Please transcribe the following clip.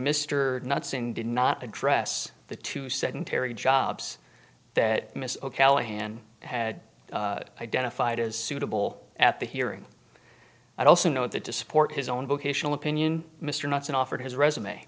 mr not seeing did not address the two sedentary jobs that ms o'callahan had identified as suitable at the hearing i also know that to support his own vocational opinion mr knotts and offered his resume